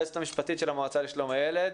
היועצת המשפטית של המועצה לשלום הילד.